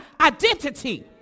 identity